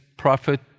Prophet